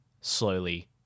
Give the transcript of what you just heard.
slowly